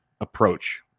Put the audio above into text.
approach